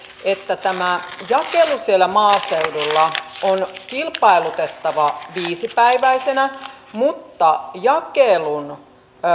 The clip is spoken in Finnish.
että tämä jakelu siellä maaseudulla on kilpailutettava viisipäiväisenä mutta jakelun